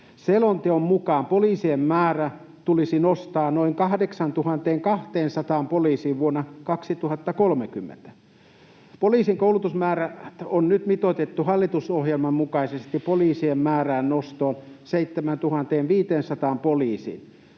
Selonteon mukaan poliisien määrä tulisi nostaa noin 8 200 poliisiin vuonna 2030. Poliisin koulutusmäärät on nyt mitoitettu hallitusohjelman mukaisesti poliisien määrän nostoon 7 500 poliisiin.